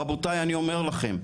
רבותיי אני אומר לכם,